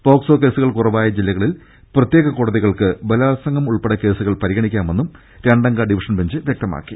POCSO കേസുകൾ കുറവായ ജില്ലകളിൽ പ്രത്യേക കോടതികൾക്ക് ബലാ ത്സംഗം ഉൾപ്പെടെ കേസുകൾ പരിഗണിക്കാമെന്നും രണ്ടംഗ ഡിവിഷൻ ബെഞ്ച് വ്യക്തമാക്കി